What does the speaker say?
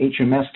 HMS